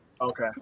okay